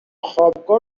خوابگاه